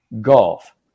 golf